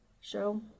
show